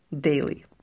daily